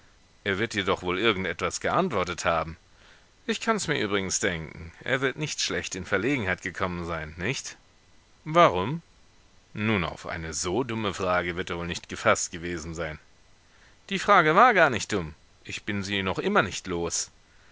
er wird dir doch wohl irgend etwas geantwortet haben ich kann mir's übrigens denken er wird nicht schlecht in verlegenheit gekommen sein nicht warum nun auf eine so dumme frage wird er wohl nicht gefaßt gewesen sein die frage war gar nicht dumm ich bin sie noch immer nicht los